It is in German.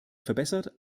verbessert